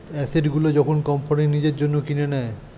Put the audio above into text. asset গুলো যখন company নিজের জন্য কিনে নেয়